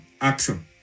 action